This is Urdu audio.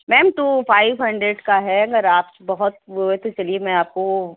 میم ٹو فائیو ہینڈرڈ کا ہے اگر آپ بہت وہ ہے تو چلیے میں آپ کو